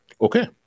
Okay